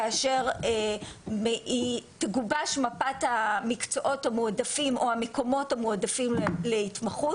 כאשר תגובש מפת המקצועות המועדפים או המקומות המועדפים להתמחות,